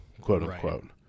quote-unquote